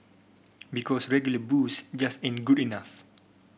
because regular booze just ain't good enough